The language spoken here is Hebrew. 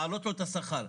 להעלות לו את השכר,